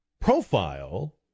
profile